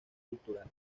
cultural